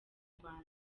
rwanda